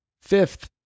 fifth